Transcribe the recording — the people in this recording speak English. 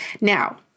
Now